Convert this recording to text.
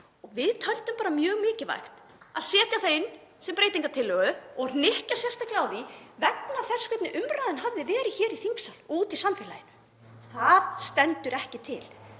Og við töldum bara mjög mikilvægt að setja það inn sem breytingartillögu og hnykkja sérstaklega á því vegna þess hvernig umræðan hafði verið hér í þingsal og úti í samfélaginu. Það stendur ekki til.